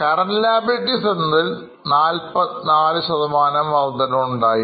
Current Liabilities എന്നതിൽ44 ശതമാനം വർധനവുണ്ടായി